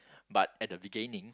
but at the beginning